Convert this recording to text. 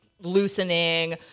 loosening